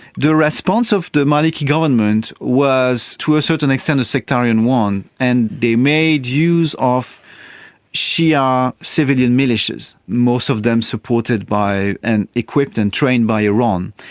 the response of the maliki government was to a certain extent a sectarian one, and they made use of shia civilian militias, most of them supported by and equipped and trained by iran.